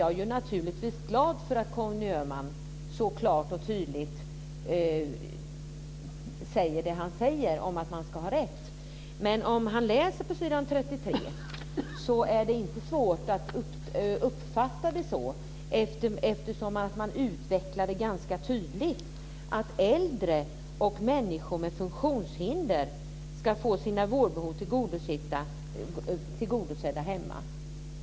Jag är naturligtvis glad för att Conny Öhman så klart och tydligt säger det han säger om att man ska ha rätt. Men om han läser på s. 33 så är det inte svårt att uppfatta det så, eftersom man utvecklar det ganska tydligt, att äldre och människor med funktionshinder ska få sina vårdbehov tillgodosedda hemma.